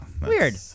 Weird